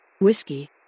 Whiskey